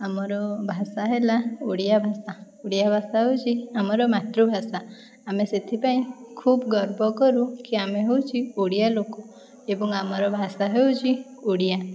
ଆମର ଭାଷା ହେଲା ଓଡ଼ିଆ ଭାଷା ଓଡ଼ିଆ ଭାଷା ହେଉଛି ଆମର ମାତୃଭାଷା ଆମେ ସେଥିପାଇଁ ଖୁବ୍ ଗର୍ବ କରୁ କି ଆମେ ହେଉଛି ଓଡ଼ିଆ ଲୋକ ଏବଂ ଆମର ଭାଷା ହେଉଛି ଓଡ଼ିଆ